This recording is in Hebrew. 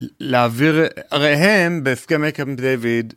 להעביר עריהם בהסכמי קמפ דיויד.